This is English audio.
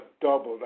doubled